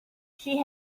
she